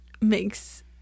makes